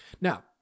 Now